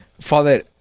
Father